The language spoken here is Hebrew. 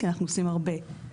כי אנחנו עושים הרבה.